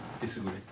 disagree